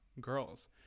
girls